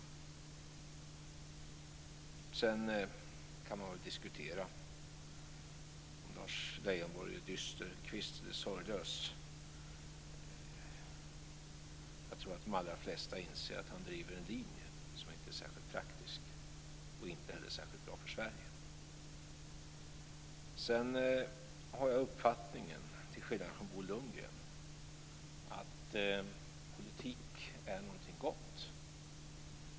Sedan kan man väl diskutera om Lars Leijonborg är en dysterkvist eller sorglös. Jag tror att de allra flesta inser att han driver en linje som inte är särskilt praktisk och inte heller särskilt bra för Sverige. Jag har, till skillnad från Bo Lundgren, uppfattningen att politik är någonting gott.